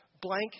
blank